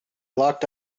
locked